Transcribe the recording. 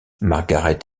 margaret